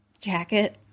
jacket